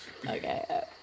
Okay